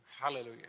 Hallelujah